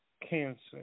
cancer